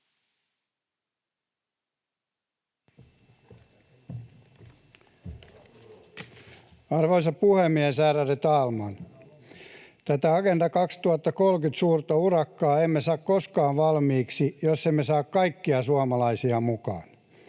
Arvoisa puhemies, ärade talman! Tätä Agenda 2030:n suurta urakkaa emme saa koskaan valmiiksi, jos emme saa kaikkia suomalaisia mukaan.